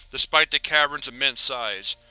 despite the caverns' immense size.